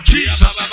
Jesus